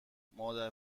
مادر